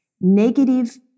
Negative